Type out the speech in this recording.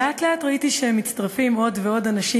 לאט-לאט ראיתי שמצטרפים עוד ועוד אנשים,